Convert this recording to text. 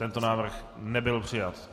Tento návrh nebyl přijat.